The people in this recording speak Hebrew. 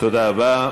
תודה רבה.